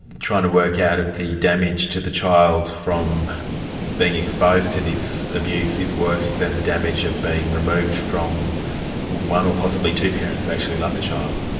trying to work out if the damage to the child from being exposed to this abuse, is worse than the damage of being removed from one or possibly two parents who actually love the child?